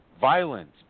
Violence